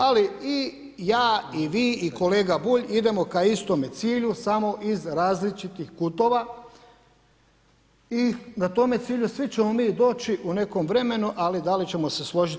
Ali i ja i vi i kolega Bulj, idemo ka istome cilju samo iz različitih kutova i na tome cilju svi ćemo mi doći u nekom vremenu ali da li ćemo se složiti.